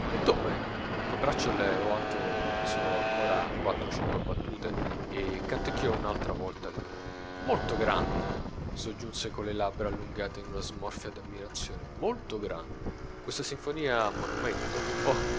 rispose beethoven col braccio levato misurò ancora quattro o cinque battute e canticchiò un'altra volta le note molto grande soggiunse con le labbra allungate in una smorfia dammirazione molto grande questa sinfonia monumento oh